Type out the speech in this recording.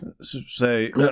Say